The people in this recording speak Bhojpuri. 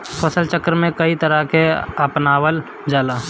फसल चक्र के कयी तरह के अपनावल जाला?